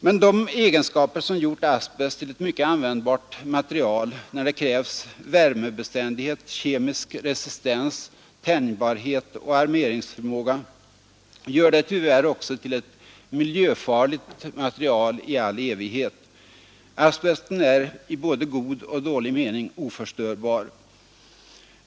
Men de egenskaper som gjort asbest till ett mycket användbart material när det krävs värmebeständighet, kemisk resistens, tänjbarhet och armeringsförmåga, gör det tyvärr också till ett miljöfarligt material i all evighet. Asbesten är i både god och dålig mening oförstörbar.